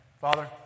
Father